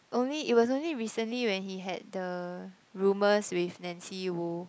only it was only recently when he had the rumors with Nancy Woo